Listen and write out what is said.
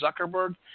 Zuckerberg